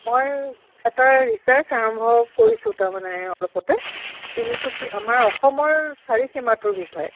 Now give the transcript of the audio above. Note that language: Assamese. মই এটা ৰিচাৰ্চ আৰম্ভ কৰিছোঁ তাৰমানে অলপতে তিনিচুকীয়া আমাৰ অসমৰ চাৰিসীমাটোৰ বিষয়ে